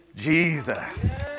Jesus